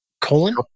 Colon